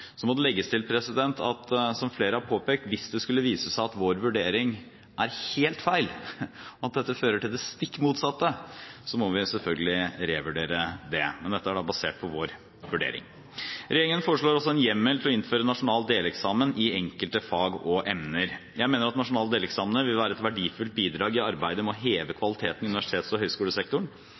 Så må det legges til, som flere har påpekt, at hvis det skulle vise seg at vår vurdering er helt feil, at dette fører til det stikk motsatte, må vi selvfølgelig revurdere det, men dette er basert på vår vurdering. Regjeringen foreslår også en hjemmel til å innføre nasjonal deleksamen i enkelte fag og emner. Jeg mener at nasjonale deleksamener vil være et verdifullt bidrag i arbeidet med å heve kvaliteten i universitets- og høyskolesektoren.